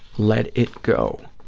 let it go.